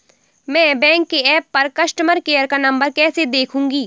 मैं बैंक के ऐप पर कस्टमर केयर का नंबर कैसे देखूंगी?